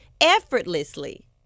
effortlessly